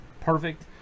perfect